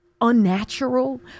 unnatural